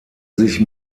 sich